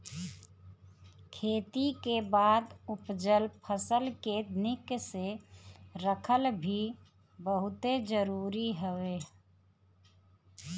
खेती के बाद उपजल फसल के निक से रखल भी बहुते जरुरी हवे